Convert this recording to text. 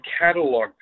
catalog